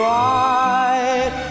right